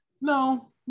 No